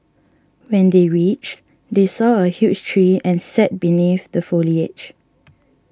when they reached they saw a huge tree and sat beneath the foliage